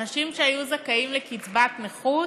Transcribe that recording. אנשים שהיו זכאים לקצבת נכות